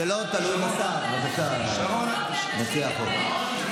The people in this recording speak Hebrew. למה לא להתייחס למשרד הרווחה?